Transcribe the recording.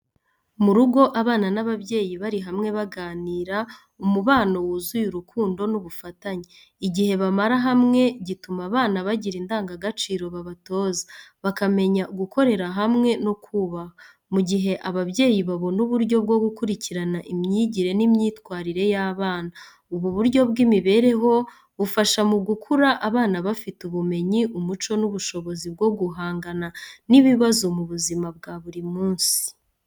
Mu rugo, abana n’ababyeyi bari hamwe bagirana, umubano wuzuye urukundo n’ubufatanye. Igihe bamara hamwe gituma abana bagira indangagaciro babatoza, bakamenya gukorera hamwe no kubaha, mu gihe ababyeyi babona uburyo bwo gukurikirana imyigire n’imyitwarire y’abana. Ubu buryo bw’imibereho bufasha mu gukura abana bafite ubumenyi, umuco n’ubushobozi bwo guhangana n’ibibazo mu buzima bwa buri munsi.